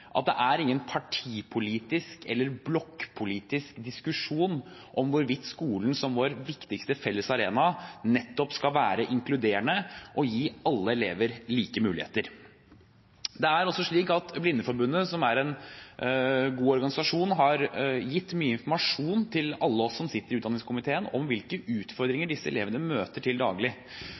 Det er ingen partipolitisk eller blokkpolitisk diskusjon om hvorvidt skolen, som vår viktigste felles arena, skal være inkluderende og gi alle elever like muligheter. Blindeforbundet, som er en god organisasjon, har gitt mye informasjon til alle oss som sitter i kirke-, utdannings- og forskningskomiteen om hvilke utfordringer disse elevene møter til daglig.